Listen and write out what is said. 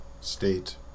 State